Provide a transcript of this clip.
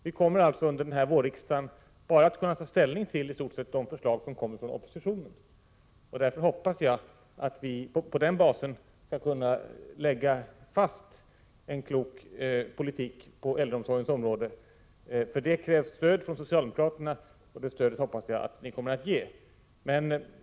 Vi kommer alltså under denna vår att kunna ta ställning bara till de förslag som kommer från oppositionen. Därför hoppas jag att vi på den basen skall kunna lägga fast en klok politik på äldreomsorgens område. För detta krävs stöd från socialdemokraterna, och det stödet hoppas jag att ni skall komma att ge.